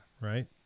right